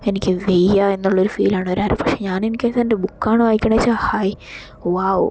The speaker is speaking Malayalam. എനിക്ക് വയ്യാ എന്നുള്ളൊരു ഫീലാണ് പക്ഷെ ഞാൻ ഇൻകേസ് എൻ്റെ ബുക്കാണ് വായിക്കണേച്ചാൽ ഹായ് വൗ